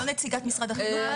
לא נציגת משרד החינוך,